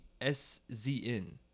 S-Z-N